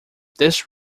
this